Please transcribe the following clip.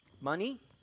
money